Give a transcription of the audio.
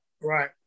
right